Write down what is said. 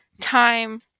time